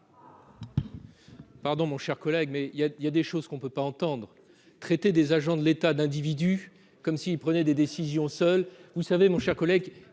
Pardon, mon cher collègue, mais il y a, il y a des choses qu'on ne peut pas entendre traiter des agents de l'État d'individus comme si prenait des décisions seul, vous savez, mon cher collègue